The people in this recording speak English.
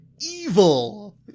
evil